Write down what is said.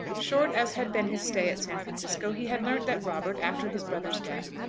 short as had been his stay at san francisco he had learnt that robert, after his brother's death,